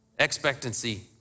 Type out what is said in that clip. expectancy